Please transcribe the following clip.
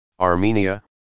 Armenia